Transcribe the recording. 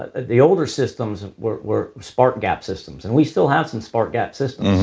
ah the older systems were were spart gap systems and we still have some spart gap systems.